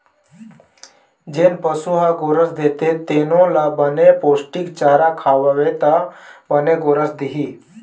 जेन पशु ह गोरस देथे तेनो ल बने पोस्टिक चारा खवाबे त बने गोरस दिही